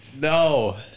No